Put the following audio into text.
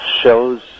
shows